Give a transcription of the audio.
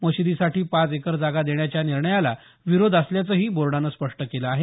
मशिदीसाठी पाच एकर जागा देण्याच्या निर्णयाला विरोध असल्याचंही बोर्डानं स्पष्ट केलं आहे